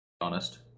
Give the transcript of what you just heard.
honest